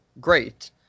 great